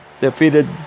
defeated